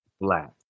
black